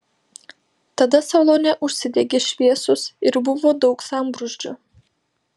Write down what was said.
tada salone užsidegė šviesos ir buvo daug sambrūzdžio